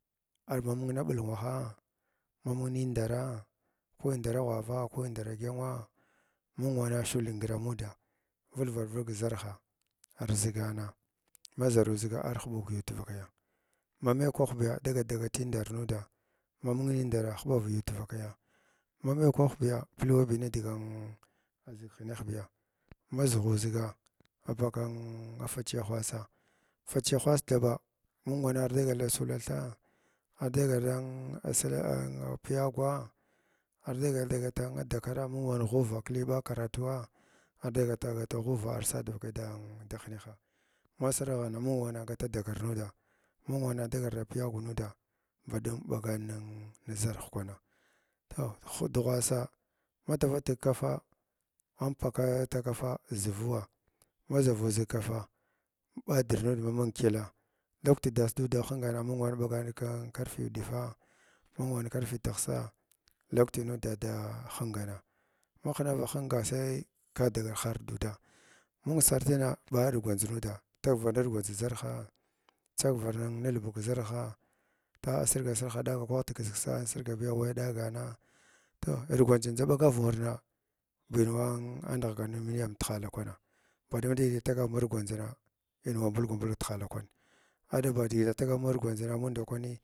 Arba mung na amɓulwahas ma mung mundara ko inkra ghwava ko inara gyənwa mung wana shukngar anuda vulvar vulg kʒarha arʒigana maʒaruziga ar huɓa kiyuw tvakaya ma mai kwah dagat dagatindar nuda ma mung nindara huɓav yuuwa tvakiya ma mai kwahbiya pilway ni digan an aʒig hinehbiya ma ʒugha ʒiga apaga fachiya hwasa, fachiya hwus thaba mung wana ar dagal da sula thaa ardagal dan da silan piyagwa ardagal dagath dakara mung wan ghuva vak li pa karamwa ardagat da gata ghuva arsa dvaka dab da hineha ma saraghana mung wana gata dakat nuda baɗum bagan ni niʒarah kwana toh dughwasa ma tava tig kafa an paga ta kaf ʒuruwa ma ʒaru zig kafa ɓadir nud ma mung kyəla lakwti das nud da kingans mung ar ɓagan a ɓagan karfi uɗifa, nung wan karfi tihsan lakwto nud da da hinfana va hinava hinga sai ka dagal har dudaa mung sartin ɓa argwandʒ nuda tagvar nar gwandʒ kʒarha tsagval nulbug kʒarhaa ta asirga sirg ha kɗaga kwah dkskrsa insirgabiya wai ɗagang toh ivgwadʒin ndʒa bagav wurna bin wan wan nighsa nimyam tihala kwana, badum nidigi tagar margwandʒna in wa mbulgu bulg tihala kwan, adba digi nda tagar uargwandʒna amung ndakwani.